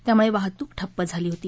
यामुळे वाहतुक ठप्प झाली होती